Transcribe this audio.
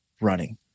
running